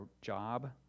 job